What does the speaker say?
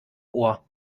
ohr